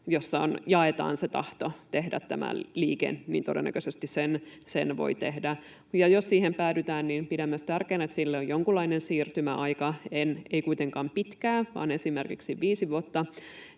jossa jaetaan se tahto tehdä tämä liike, todennäköisesti sen voi tehdä. Ja jos siihen päädytään, niin pidän myös tärkeänä, että sille on jonkunlainen siirtymäaika, ei kuitenkaan pitkää vaan esimerkiksi viisi vuotta